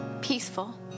peaceful